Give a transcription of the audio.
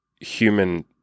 human